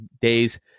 days